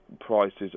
prices